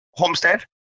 homestead